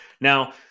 Now